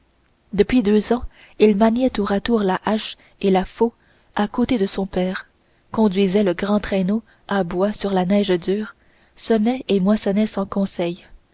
depuis deux ans il maniait tour à tour la hache et la faux à côté de son père conduisait le grand traîneau à bois sur la neige dure semait et moissonnait sans conseil